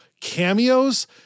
cameos